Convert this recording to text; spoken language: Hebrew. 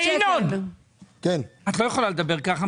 מה הוא יכול לעשות?